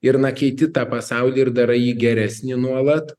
ir na keiti tą pasaulį ir darai jį geresnį nuolat